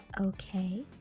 Okay